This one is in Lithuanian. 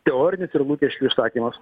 teorinis ir lūkesčių išsakymas